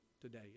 today